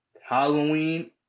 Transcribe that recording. Halloween